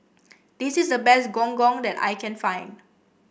this is the best Gong Gong that I can find